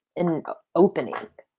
an opening.